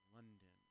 London